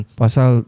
pasal